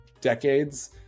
decades